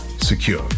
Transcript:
secure